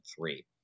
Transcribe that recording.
three